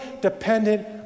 dependent